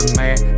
man